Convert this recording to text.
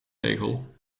regel